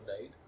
died